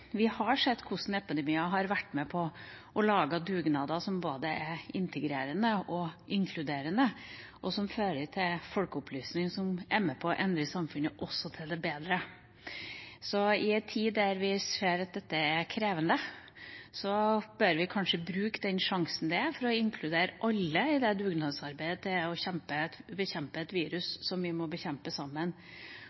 vi har sett hvordan epidemier har vært med på å lage dugnader som er både integrerende og inkluderende, og som fører til folkeopplysning som er med på å endre samfunn også til det bedre. I en tid der vi ser at dette er krevende, bør vi kanskje bruke den sjansen til å inkludere alle i det dugnadsarbeidet det er å bekjempe et virus